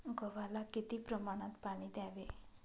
गव्हाला किती प्रमाणात पाणी द्यावे?